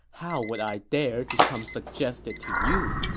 how would i dare to come suggest it to you?